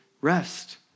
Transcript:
rest